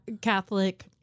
Catholic